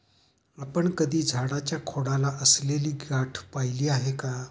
आपण कधी झाडाच्या खोडाला असलेली गाठ पहिली आहे का?